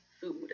food